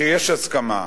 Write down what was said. שיש הסכמה.